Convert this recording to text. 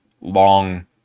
long